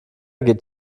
geht